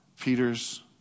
peter's